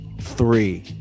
three